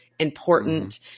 important